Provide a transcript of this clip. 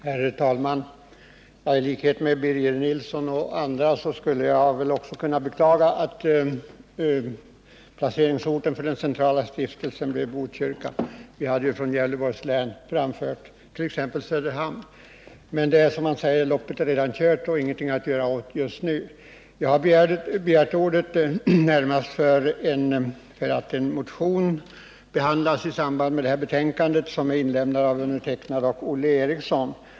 Herr talman! I likhet med Birger Nilsson och andra skulle väl också jag kunna beklaga att placeringsorten för den centrala stiftelsen blev Botkyrka — exempelvis vi från Gävleborgs län hade föreslagit Söderhamn — men loppet är redan kört, som man säger, och det är ingenting att göra åt just nu. Jag har begärt ordet närmast därför att det i detta betänkande behandlas en motion som är inlämnad av mig och Olle Eriksson.